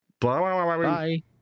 Bye